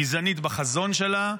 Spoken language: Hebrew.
גזענית בחזון שלה,